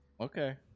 Okay